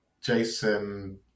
Jason